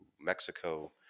Mexico